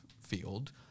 field